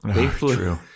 True